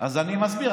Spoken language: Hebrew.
אז אני מסביר.